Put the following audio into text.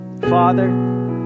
Father